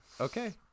okay